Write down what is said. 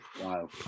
wow